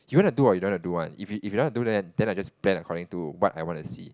do you wanna do or you don't wanna do one if you if you wanna do then then I just plan according to what I wanna see